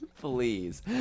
Please